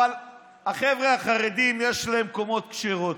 אבל החבר'ה החרדיים, יש להם קומות כשרות.